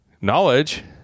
knowledge